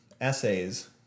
essays